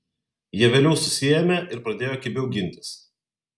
jie vėliau susiėmė ir pradėjo kibiau gintis